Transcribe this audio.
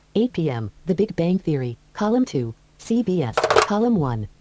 eight pm, the big bang theory, column two cbs, column one.